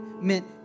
meant